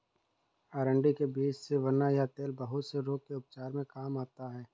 अरंडी के बीज से बना यह तेल बहुत से रोग के उपचार में काम आता है